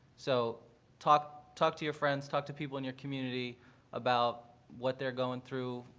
so talk talk to your friends, talk to people in your community about what they're going through,